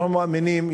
אנחנו מאמינים,